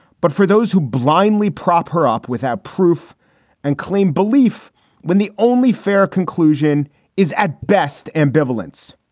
but for those who blindly prop her up without proof and claim belief when the only fair conclusion is at best, ambivalence.